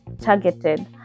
targeted